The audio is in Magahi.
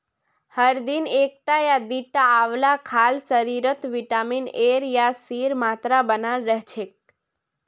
हर दिन एकटा या दिता आंवला खाल शरीरत विटामिन एर आर सीर मात्रा बनाल रह छेक